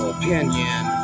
opinion